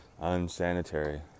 unsanitary